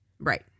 Right